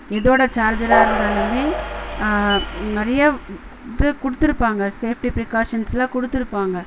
எதோடய சார்ஜராக இருந்தாலுமே நிறைய இது கொடுத்துருப்பாங்க சேஃப்ட்டி ப்ரிகார்சன்ஸ்லாம் கொடுத்துருப்பாங்க